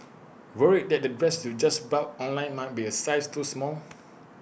worried that the dress you just bought online might be A size too small